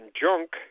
junk